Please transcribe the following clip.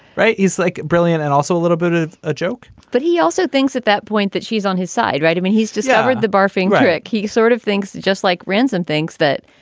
right. he's like, brilliant and also a little bit of a joke but he also thinks at that point that she's on his side. right. i mean, he's discovered the barfing wreck. he sort of thinks, just like ransome thinks that,